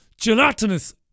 Gelatinous